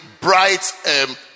bright